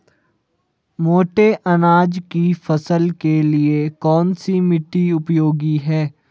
मोटे अनाज की फसल के लिए कौन सी मिट्टी उपयोगी है?